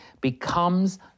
becomes